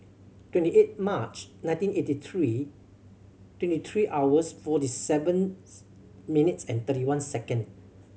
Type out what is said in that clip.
twenty eight March nineteen eighty three twenty three hours forty seventh minutes and thirty one second